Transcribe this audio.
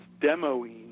demoing